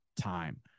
time